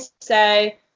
say